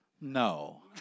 No